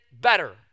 better